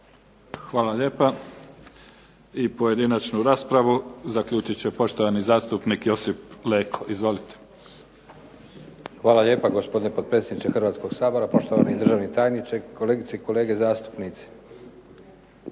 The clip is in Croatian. Hvala lijepa. I pojedinačnu raspravu zaključit će poštovani zastupnik Josip Leko, izvolite. **Leko, Josip (SDP)** Hvala lijepa gospodine potpredsjedniče Hrvatskog sabora, poštovani državni tajniče, kolegice i kolege zastupnici.